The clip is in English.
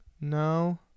No